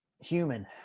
Human